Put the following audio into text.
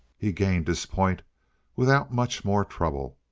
he gained his point without much more trouble.